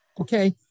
okay